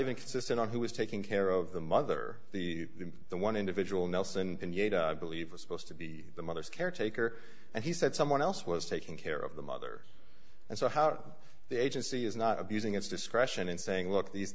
even consistent on who was taking care of the mother the one individual nelson and you believe was supposed to be the mother's caretaker and he said someone else was taking care of the mother and so how the agency is not abusing its discretion and saying look these